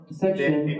section